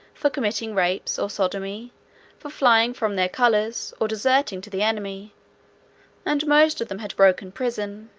for committing rapes, or sodomy for flying from their colours, or deserting to the enemy and most of them had broken prison